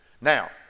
Now